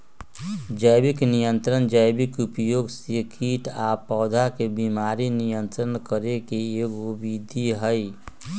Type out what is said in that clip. जैविक नियंत्रण जैविक उपयोग से कीट आ पौधा के बीमारी नियंत्रित करे के एगो विधि हई